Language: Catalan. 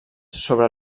sobre